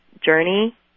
journey